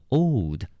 old